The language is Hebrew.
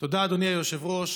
תודה, אדוני היושב-ראש.